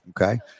Okay